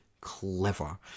clever